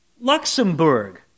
Luxembourg